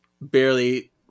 barely